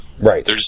Right